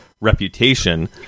reputation